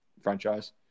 franchise